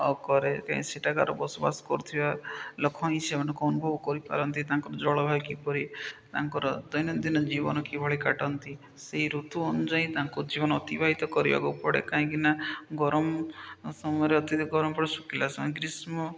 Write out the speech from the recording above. କରେ କାହିଁ ସେଟାକାର ବସବାସ କରୁଥିବା ଲୋକ ହିଁ ସେମାନଙ୍କୁ ଅନୁଭବ କରିପାରନ୍ତି ତାଙ୍କର ଜଳବାୟୁ କିପରି ତାଙ୍କର ଦୈନନ୍ଦିନ ଜୀବନ କିଭଳି କାଟନ୍ତି ସେଇ ଋତୁ ଅନୁଯାୟୀ ତାଙ୍କ ଜୀବନ ଅତିବାହିତ କରିବାକୁ ପଡ଼େ କାହିଁକି ନା ଗରମ ସମୟରେ ଅତି ଗରମ ପଡ଼େ ଶୁଖିଲା ସେ ଗ୍ରୀଷ୍ମ